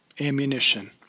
ammunition